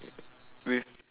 with